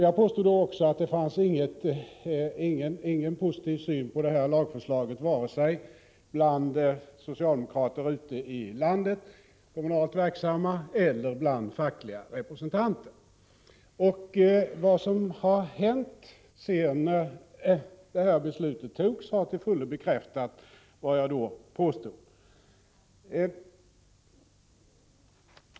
Jag påstod då också att det inte fanns någon positiv syn på lagförslaget vare sig bland kommunalt verksamma socialdemokrater ute i landet eller bland fackliga representanter. Vad som har hänt efter det att beslutet togs har till fullo bekräftat vad jag då påstod.